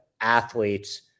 athletes